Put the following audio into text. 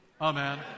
amen